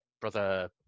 Brother